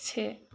से